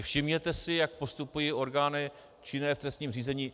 Všimněte si, jak postupují orgány činné v trestním řízení.